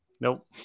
nope